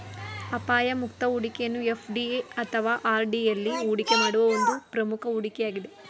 ಅಪಾಯ ಮುಕ್ತ ಹೂಡಿಕೆಯನ್ನು ಎಫ್.ಡಿ ಅಥವಾ ಆರ್.ಡಿ ಎಲ್ಲಿ ಹೂಡಿಕೆ ಮಾಡುವ ಒಂದು ಪ್ರಮುಖ ಹೂಡಿಕೆ ಯಾಗಿದೆ